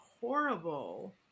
horrible